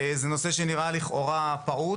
זה נושא שנראה לכאורה פעוט,